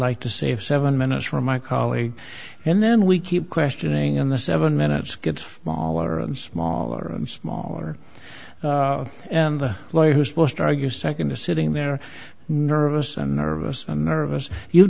like to save seven minutes from my colleague and then we keep questioning in the seven minutes gets smaller and smaller and smaller and the lawyer who's supposed to argue second the sitting there nervous and nervous and nervous you've